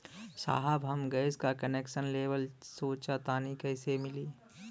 साहब हम गैस का कनेक्सन लेवल सोंचतानी कइसे मिली?